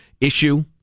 issue